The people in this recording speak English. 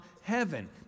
heaven